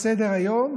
על סדר-היום,